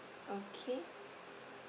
okay